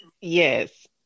yes